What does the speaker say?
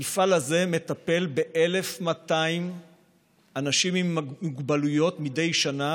המפעל הזה מטפל ב-1,200 אנשים עם מוגבלויות מדי שנה